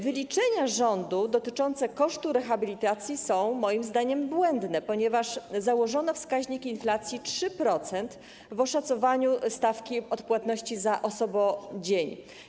Wyliczenia rządu dotyczące kosztów rehabilitacji są moim zdaniem błędne, ponieważ założono wskaźnik inflacji 3% w oszacowaniu stawki odpłatności za osobodzień.